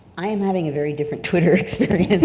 i am having a very different twitter experience